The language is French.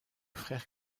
frère